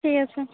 ঠিক আছে